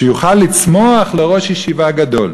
שיוכל לצמוח לראש ישיבה גדול.